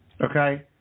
Okay